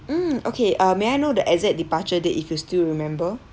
mm okay uh may I know the exact departure date if you still remember